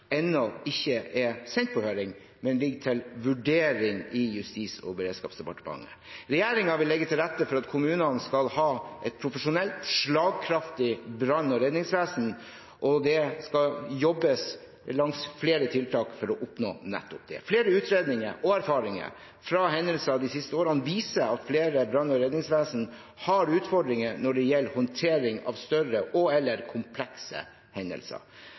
ennå ikke er sendt på høring, men ligger til vurdering i Justis- og beredskapsdepartementet. Regjeringen vil legge til rette for at kommunene skal ha et profesjonelt, slagkraftig brann- og redningsvesen, og det skal jobbes med flere tiltak for å oppnå nettopp det. Flere utredninger og erfaringer fra hendelser de siste årene viser at flere brann- og redningsvesen har utfordringer når det gjelder håndtering av større og/eller komplekse hendelser.